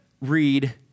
read